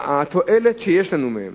התועלת שיש לנו מהם